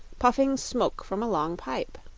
puffing smoke from a long pipe.